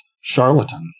Charlatan